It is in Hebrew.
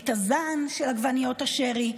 את הזן של עגבניות השרי,